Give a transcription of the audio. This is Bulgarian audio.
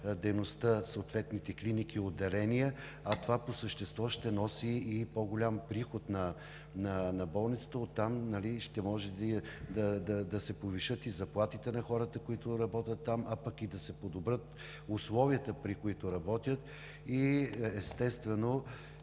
дейността в съответните клиники и отделения, а това по същество ще носи и по-голям приход на болницата. Оттам ще може да се повишат и заплатите на хората, които работят там, а пък и да се подобрят условията, при които работят. Естествено,